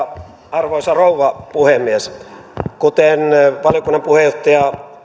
arvoisa rouva puhemies kuten valiokunnan puheenjohtaja